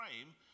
frame